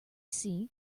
see